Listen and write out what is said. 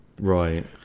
Right